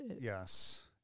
yes